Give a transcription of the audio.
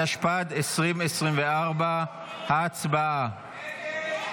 התשפ"ד 2024. הצבעה.